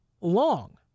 long